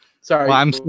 Sorry